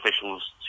officials